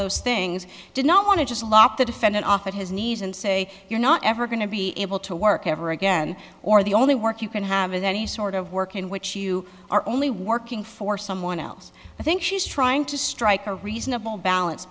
those things did not want to just law the defendant offered his knees and say you're not ever going to be able to work ever again or the only work you can have any sort of work in which you are only working for someone else i think she's trying to strike a reasonable balance